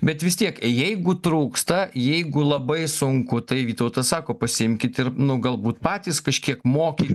bet vis tiek jeigu trūksta jeigu labai sunku tai vytautas sako pasiimkit ir nu galbūt patys kažkiek moky